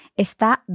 está